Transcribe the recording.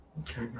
Okay